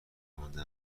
مانده